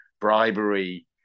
bribery